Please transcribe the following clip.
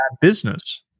business